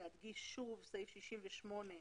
סעיף 68,